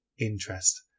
interest